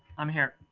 i'm here.